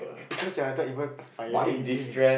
because you're not even perspiring doing that